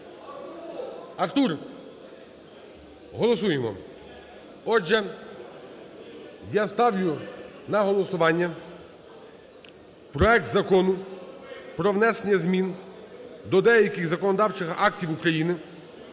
Артур! Голосуємо. Отже, я ставлю на голосування проект Закону про внесення змін до деяких законодавчих актів України